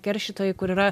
keršytojai kur yra